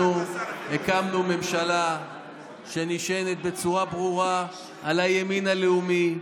אנחנו הקמנו ממשלה שנשענת בצורה ברורה על הימין הלאומי,